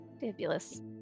Fabulous